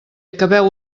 acabeu